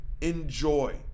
Enjoy